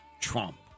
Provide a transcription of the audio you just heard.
Trump